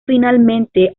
finalmente